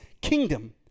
kingdom